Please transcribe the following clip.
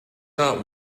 not